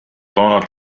donald